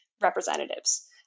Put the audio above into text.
representatives